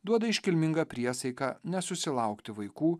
duoda iškilmingą priesaiką nesusilaukti vaikų